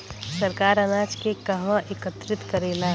सरकार अनाज के कहवा एकत्रित करेला?